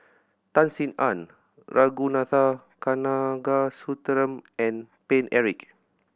Tan Sin Aun Ragunathar Kanagasuntheram and Paine Eric